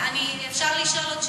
אפשר לשאול עוד שאלה?